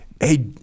Hey